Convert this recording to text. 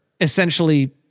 essentially